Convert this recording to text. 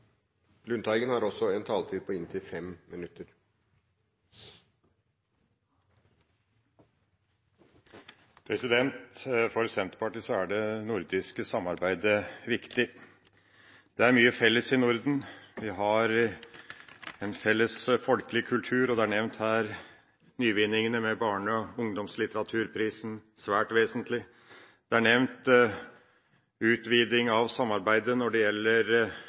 det nordiske samarbeidet viktig. Det er mye felles i Norden: Vi har en felles folkelig kultur. Og nyvinningene med barne- og ungdomslitteraturprisen er nevnt her – svært vesentlig. Det er nevnt en utvidelse av samarbeidet når det gjelder